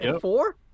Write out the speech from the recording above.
Four